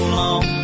long